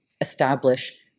establish